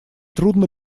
трудно